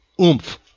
oomph